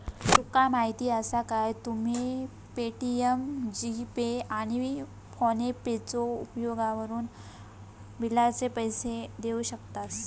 तुका माहीती आसा काय, तुम्ही पे.टी.एम, जी.पे, आणि फोनेपेचो उपयोगकरून बिलाचे पैसे देऊ शकतास